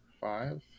five